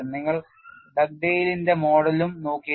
നിങ്ങൾ ഡഗ്ഡെയ്ലിന്റെ മോഡൽ ഉം നോക്കിയിരുന്നു